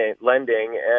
Lending